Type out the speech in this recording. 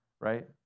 right